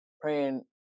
praying